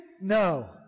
No